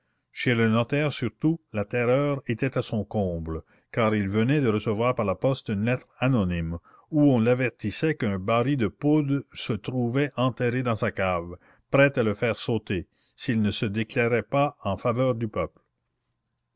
chez le notaire surtout la terreur était à son comble car il venait de recevoir par la poste une lettre anonyme où on l'avertissait qu'un baril de poudre se trouvait enterré dans sa cave prêt à le faire sauter s'il ne se déclarait pas en faveur du peuple